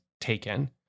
taken